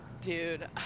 Dude